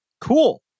cool